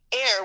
air